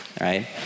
right